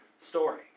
story